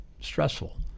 stressful